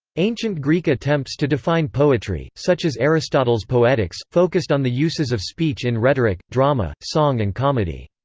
ancient greek attempts to define poetry, such as aristotle's poetics, focused on the uses of speech in rhetoric, drama, song and comedy.